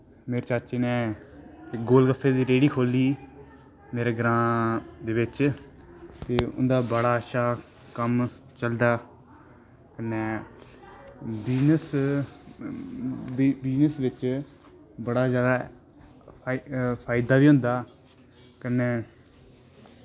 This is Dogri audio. मेरे चाचे नै गोलगफें दी रहेड़ी खोली दी मेरे ग्रांऽ दे बिच्च ते उंदा बड़ा अच्छा कम्म चलदा कन्नै बिजनस बिजनस बिच्च बड़ा जादै फायदा बी होंदा कन्नै